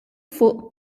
fuq